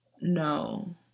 no